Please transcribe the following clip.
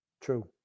True